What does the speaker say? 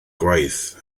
gwaith